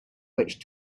which